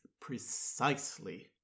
precisely